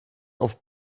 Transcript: auf